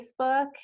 Facebook